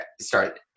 start